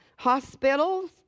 hospitals